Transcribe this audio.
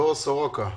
דרור סורוקה,